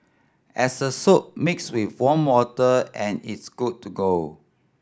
as a soap mix with warm water and it's good to go